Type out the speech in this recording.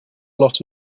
lot